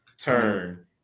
turn